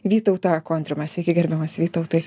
vytautą kontrimą sveiki gerbiamas vytautai